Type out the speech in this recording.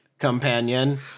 companion